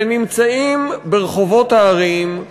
שנמצאים ברחובות הערים,